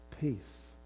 peace